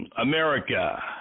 America